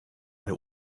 eine